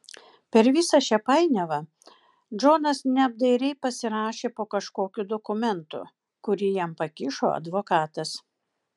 per visą šią painiavą džonas neapdairiai pasirašė po kažkokiu dokumentu kurį jam pakišo advokatas